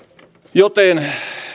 joten